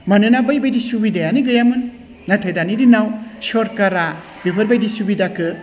मानोना बैबायदि सुबिदायानो गैयामोन नाथाय दानि दिनाव सरकारा बेफोबायदि सुबिदाखौ